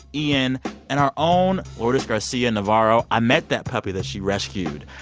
ian and our own lourdes garcia-navarro. i met that puppy that she rescued.